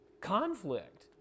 Conflict